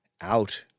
out